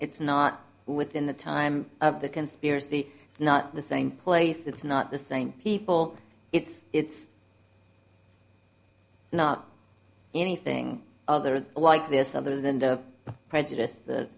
it's not within the time of the conspiracy it's not the same place it's not the same people it's it's not anything other like this other than the prejudice t